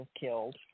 killed